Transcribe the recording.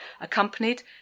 accompanied